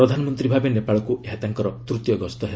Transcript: ପ୍ରଧାନମନ୍ତ୍ରୀ ଭାବେ ନେପାଳକୁ ଏହା ତାଙ୍କର ତୂତୀୟ ଗସ୍ତ ହେବ